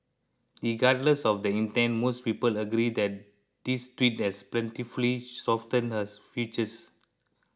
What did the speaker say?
regardless of the intent most people agree that this tweak has pleasantly softened her features